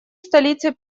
столицей